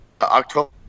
October